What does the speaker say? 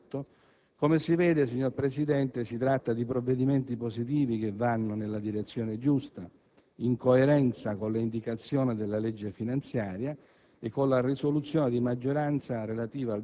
Si tratta di 200.000 euro nel 2008. Come si vede, signor Presidente, si tratta di provvedimenti positivi che vanno nella direzione giusta, in coerenza con le indicazioni della legge finanziaria